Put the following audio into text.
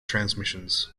transmissions